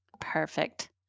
Perfect